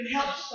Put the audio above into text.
help